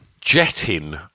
...jetting